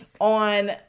on